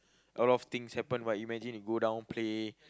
a lot of things happen but imagine you go down play